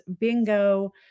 bingo